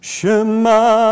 Shema